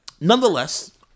nonetheless